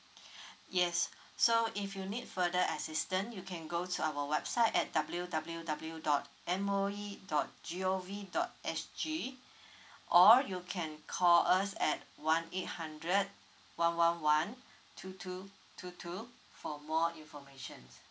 yes so if you need further assistant you can go to our website at www dot M O E dot gov dot sg or you can call us at one eight hundred one one one two two two two for more informations